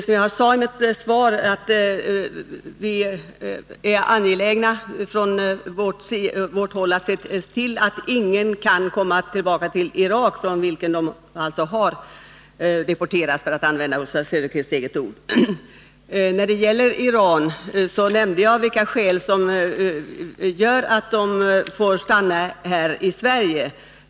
Som jag sade i mitt svar är vi från vårt håll angelägna om att se till att ingen kommer tillbaka till Irak, från vilket land de alltså har deporterats, för att använda Oswald Söderqvists eget ord. När det gäller Iran nämnde jag vilka skäl som gör att dessa personer får stanna i Sverige.